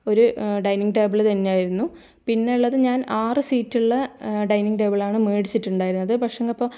ഒരു dining table തന്നെയായിരുന്നു പിന്നെയുള്ളത് ഞാൻ ആറു സീറ്റുള്ള ഡൈനിങ് ടേബിളാണ് മേടിച്ചിട്ടുണ്ടായിരുന്നത് പക്ഷെങ്ങിപ്പോൾ